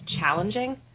challenging